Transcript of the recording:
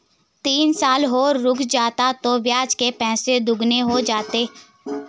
तीन साल और रुक जाता तो ब्याज के पैसे दोगुने हो जाते